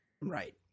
Right